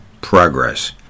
Progress